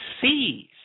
sees